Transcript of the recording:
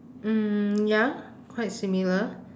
mm ya quite similar